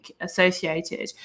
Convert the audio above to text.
associated